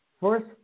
first